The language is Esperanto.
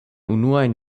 unuajn